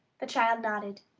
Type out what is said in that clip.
the child nodded.